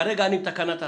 כרגע אני בתקנות ההסעות.